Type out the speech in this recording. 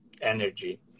energy